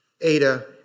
Ada